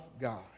God